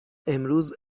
امروز